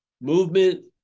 Movement